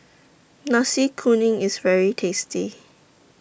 Nasi Kuning IS very tasty